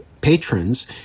patrons